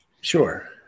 Sure